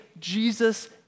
Jesus